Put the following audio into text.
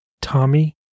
Tommy